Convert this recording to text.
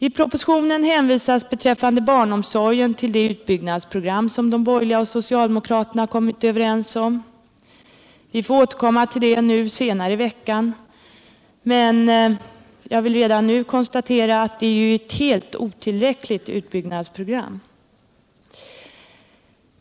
I propositionen hänvisas beträffande barnomsorgen till det utbyggnadsprogram som de borgerliga och socialdemokraterna kommit överens om. Vi får återkomma till det senare i veckan, men jag vill redan nu konstatera att det är ett helt otillräckligt utbyggnadsprogram.